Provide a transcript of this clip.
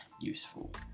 useful